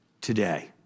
today